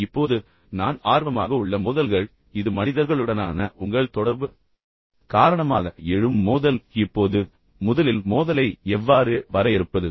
இப்போது நான் ஆர்வமாக உள்ள மோதல்கள் இது மனிதர்களுடனான உங்கள் தொடர்பு காரணமாக எழும் மோதல் இப்போது முதலில் மோதலை எவ்வாறு வரையறுப்பது